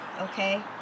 Okay